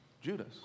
Judas